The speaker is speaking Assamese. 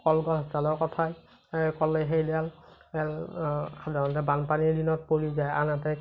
কলগছডালৰ কথাই ক'লে সেইডাল সাধাৰণতে বানপানীৰ দিনত পৰি যায় আনহাতে